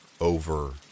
Over